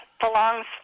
belongs